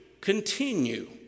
continue